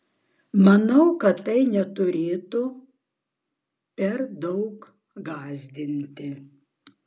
manau kad tai neturėtų per daug gąsdinti